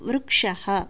वृक्षः